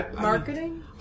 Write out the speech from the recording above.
marketing